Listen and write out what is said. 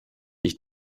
ich